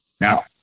Now